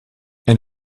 and